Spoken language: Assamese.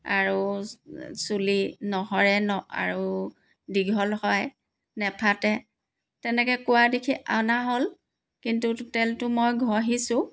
আৰু চুলি নসৰে ন আৰু দীঘল হয় নেফাটে তেনেকে কোৱা দেখি অনা হ'ল কিন্তু তেলটো মই ঘঁহিছোঁ